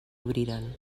obriren